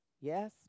Yes